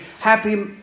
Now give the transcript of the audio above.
Happy